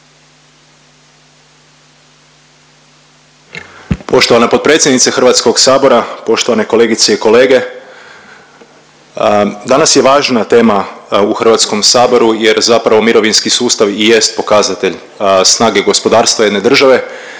Poštovana potpredsjednice HS, poštovane kolegice i kolege, danas je važna tema u HS jer zapravo mirovinski sustav i jest pokazatelj snage gospodarstva jedne države